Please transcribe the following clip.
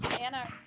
Anna